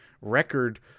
record